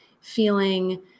feeling